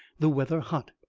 the weather hot,